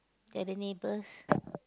they are the neighbours